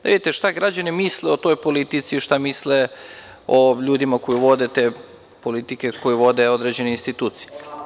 Da vidite šta građani misle o toj politici, šta misle o ljudima koji vode te politike koje vode određene institucije.